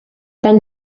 then